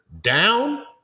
down